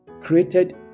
Created